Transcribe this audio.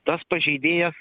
tas pažeidėjas